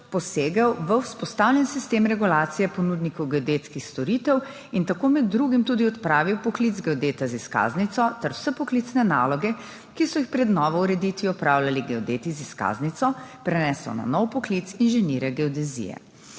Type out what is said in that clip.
posegel v vzpostavljen sistem regulacije ponudnikov geodetskih storitev in tako med drugim tudi odpravil poklic geodeta z izkaznico ter vse poklicne naloge, ki so jih pred novo ureditvijo opravljali geodeti z izkaznico, prenesel na nov poklic inženirja geodezije.